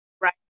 right